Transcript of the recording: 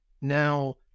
now